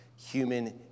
Human